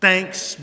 Thanks